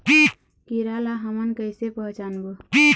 कीरा ला हमन कइसे पहचानबो?